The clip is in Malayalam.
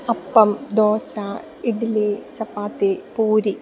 അപ്പം ദോശ ഇഡ്ഡലി ചപ്പാത്തി പൂരി